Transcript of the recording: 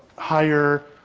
higher